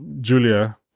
Julia